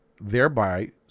Thereby